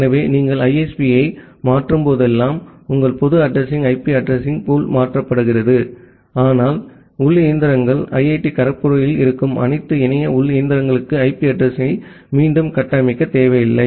எனவே நீங்கள் ISP ஐ மாற்றும் போதெல்லாம் உங்கள் பொது அட்ரஸிங் ஐபி அட்ரஸிங் பூல் மாற்றப்பட்டு வருகிறது ஆனால் உள் இயந்திரங்கள் ஐஐடி கரக்பூருக்குள் இருக்கும் அனைத்து இணைய உள் இயந்திரங்களுக்கும் ஐபி அட்ரஸிங் யை மீண்டும் கட்டமைக்க தேவையில்லை